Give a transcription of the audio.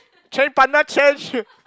change partner change